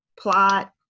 plot